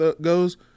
goes